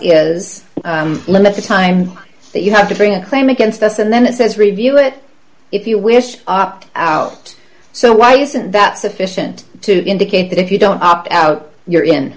is limited time that you have to bring a claim against us and then it says review it if you wish opt out so why isn't that sufficient to indicate that if you don't opt out you're